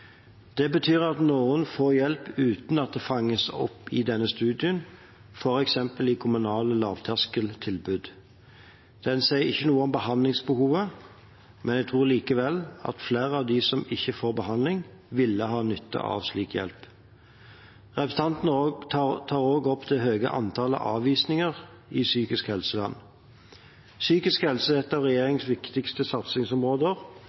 Det betyr at noen får hjelp uten at det fanges opp i denne studien, f.eks. i kommunale lavterskeltilbud. Den sier ikke noe om behandlingsbehovet, men jeg tror likevel at flere av dem som ikke får behandling, vil ha nytte av slik hjelp. Representanten tar også opp det høye antallet avvisninger i psykisk helsevern. Psykisk helse er et av regjeringens viktigste satsingsområder.